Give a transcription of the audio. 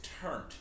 turned